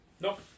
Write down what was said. Nope